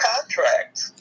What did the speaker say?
contract